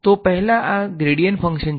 તેથી પહેલા આ ગ્રેડીયન્ટ ફંકશન છે